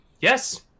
Yes